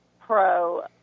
pro